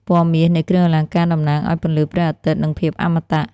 ពណ៌មាសនៃគ្រឿងអលង្ការតំណាងឱ្យពន្លឺព្រះអាទិត្យ និងភាពអមតៈ។